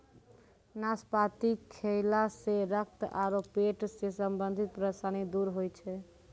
नाशपाती खैला सॅ रक्त आरो पेट सॅ संबंधित परेशानी दूर होय जाय छै